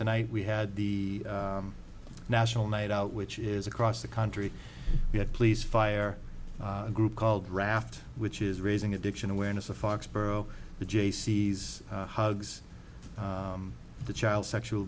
tonight we had the national night out which is across the country we have police fire a group called raft which is raising addiction awareness of foxborough the jaycees hugs the child sexual